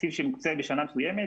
תקציב שממוצה בשנה מסוימת,